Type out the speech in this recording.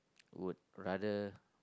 would rather